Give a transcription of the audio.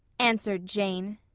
answered jane.